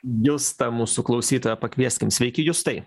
justą mūsų klausytoją pakvieskim sveiki justai